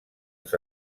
els